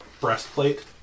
breastplate